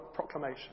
proclamation